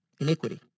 iniquity